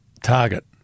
target